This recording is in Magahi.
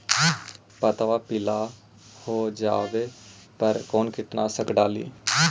पतबा पिला हो जाबे पर कौन कीटनाशक डाली?